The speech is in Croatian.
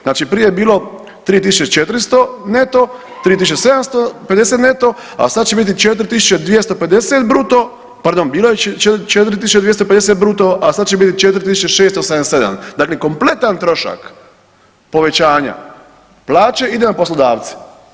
Znači prije je bilo 3.400 neto, 3.750 neto, a sad će biti 4.250 bruto, pardon bilo je 4.250 bruto, a sad će biti 4.667 dakle kompletan trošak povećanja plaća ide na poslodavce.